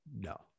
no